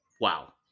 Wow